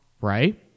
right